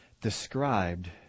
described